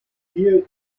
near